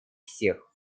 всех